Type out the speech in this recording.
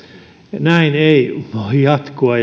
näin ei voi jatkua